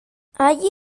allí